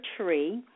tree